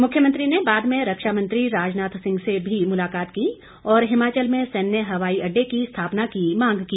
मुख्यमंत्री ने बाद में रक्षा मंत्री राजनाथ सिंह से भी मुलाकात की और हिमाचल में सैन्य हवाई अड्डे की स्थापना की मांग की